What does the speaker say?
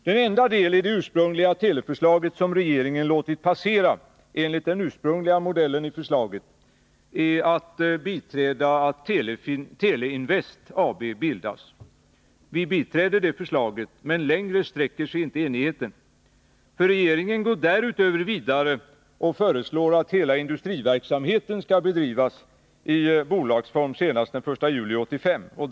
Den enda del av det ursprungliga televerksförslaget som regeringen låtit passera enligt den ursprungliga modellen i förslaget gäller bildandet av Teleinvest AB. Vi biträder det förslaget. Men längre sträcker sig inte enigheten, för regeringen föreslår därutöver att hela industriverksamheten skall bedrivas i bolagsform senast från den 1 juli 1985.